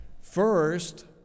First